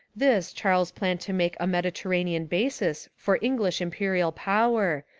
this charles planned to make a mediterranean basis for english imperial power,